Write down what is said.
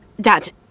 Dad